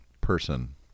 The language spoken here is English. person